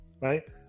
Right